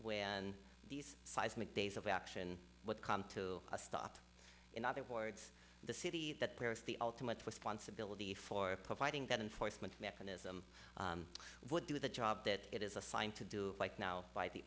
when these seismic days of action would come to a stop in other words the city that bears the ultimate responsibility for providing that and forstmann mechanism would do the job that it is assigned to do right now by the